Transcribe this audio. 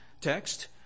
text